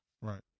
Right